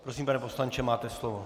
Prosím pane poslanče, máte slovo.